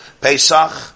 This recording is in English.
Pesach